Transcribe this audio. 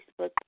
Facebook